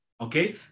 Okay